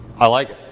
i like